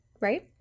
right